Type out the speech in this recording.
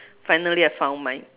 finally I found mine